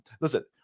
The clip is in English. Listen